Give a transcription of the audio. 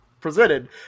presented